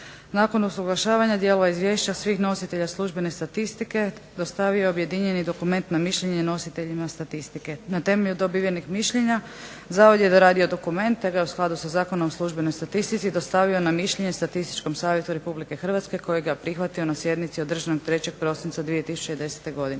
Nakon usuglašavanja dijelova izvješća svih nositelja službene statistike dostavio je objedinjeni dokument na mišljenje nositeljima statistike. Na temelju dobivenih mišljenja Zavod je doradio dokumente te u skladu sa zakonom o službenoj statistici dostavio na mišljenje Statističkom savjetu Republike Hrvatske koji ga je prihvatio na sjednici održanoj 3. prosinca 2010. godine.